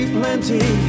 plenty